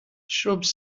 shrubs